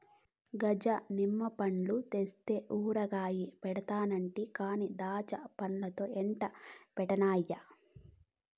గజ నిమ్మ పండ్లు తెస్తే ఊరగాయ పెడతానంటి కానీ దాచ్చాపండ్లతో ఎట్టా పెట్టన్నయ్యా